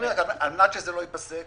על מנת שזה לא ייפסק,